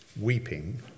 weeping